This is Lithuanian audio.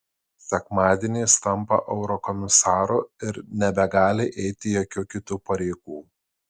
sekmadienį jis tampa eurokomisaru ir nebegali eiti jokių kitų pareigų